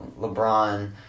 LeBron